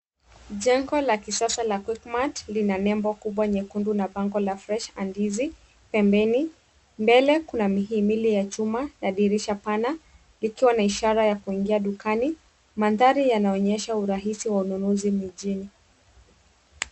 Jengo la kisasa la, quickmart, lina nembo kubwa nyekundu na bango la, fresh and easy, pembeni. Mbele kuna mihimili ya chuma na dirisha pana likiwa na ishara ya kuingia dukani. Mandhari yanaonyesha urahisi wa ununuzi mijini.